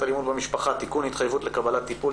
אלימות במשפחה (תיקון - התחייבות לקבלת טיפול),